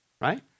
right